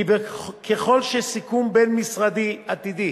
כי ככל שבסיכום בין-משרדי עתידי